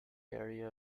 area